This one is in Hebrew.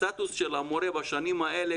הסטטוס של המורה בשנים האלה,